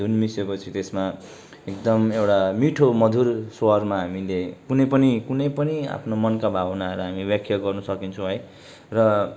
धुन मिसिएपछि त्यसमा एकदम एउटा मिठो मधुर स्वरमा हामीले कुनै पनि कुनै पनि आफ्नो मनका भावनाहरू हामी व्याख्या गर्नसकिन्छौँ है र